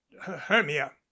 hermia